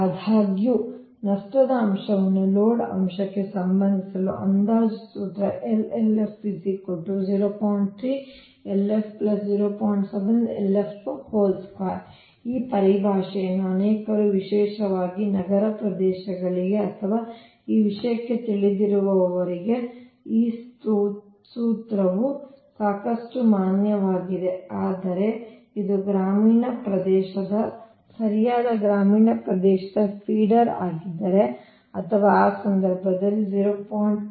ಆದಾಗ್ಯೂ ನಷ್ಟದ ಅಂಶವನ್ನು ಲೋಡ್ ಅಂಶಕ್ಕೆ ಸಂಬಂಧಿಸಲು ಅಂದಾಜು ಸೂತ್ರ ಈ ಪರಿಭಾಷೆಯನ್ನು ಅನೇಕರು ವಿಶೇಷವಾಗಿ ನಗರ ಪ್ರದೇಶಗಳಿಗೆ ಅಥವಾ ಈ ವಿಷಯಕ್ಕೆ ತಿಳಿದಿರುವವರಿಗೆ ಈ ಸೂತ್ರವು ಸಾಕಷ್ಟು ಮಾನ್ಯವಾಗಿದೆ ಆದರೆ ಇದು ಗ್ರಾಮೀಣ ಪ್ರದೇಶದ ಸರಿಯಾದ ಗ್ರಾಮೀಣ ಪ್ರದೇಶದ ಫೀಡರ್ ಆಗಿದ್ದರೆ ಅಥವಾ ಆ ಸಂದರ್ಭದಲ್ಲಿ 0